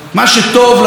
לאזרחי המדינה,